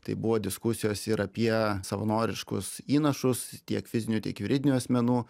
tai buvo diskusijos ir apie savanoriškus įnašus tiek fizinių tiek juridinių asmenų